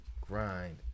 grind